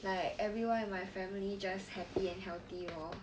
like everyone in my family just happy and healthy lor